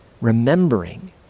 remembering